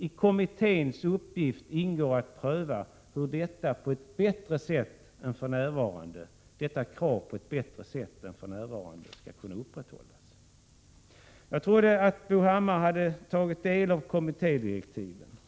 I kommitténs uppgift ingår att pröva hur detta krav på ett bättre sätt än för närvarande skall uppfyllas. Jag trodde att Bo Hammar hade tagit del av kommittédirektiven.